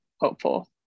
hopeful